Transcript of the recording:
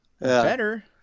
Better